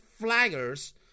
flaggers